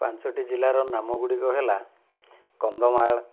ପାଞ୍ଚୋଟି ଜିଲ୍ଲାର ନାମ ଗୁଡ଼ିକ ହେଲା କନ୍ଧମାଳ